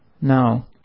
now